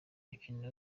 mukino